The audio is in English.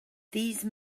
these